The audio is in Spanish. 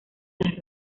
las